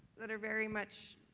that are very much